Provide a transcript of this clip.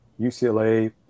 UCLA